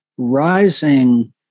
rising